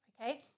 okay